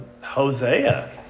Hosea